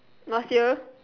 last year